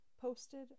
Posted